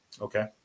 okay